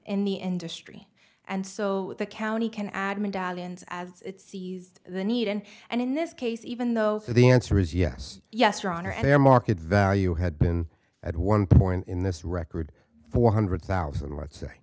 in the industry and so the county can add medallions as it sees the need and and in this case even though the answer is yes yes your honor their market value had been at one point in this record four hundred thousand let's say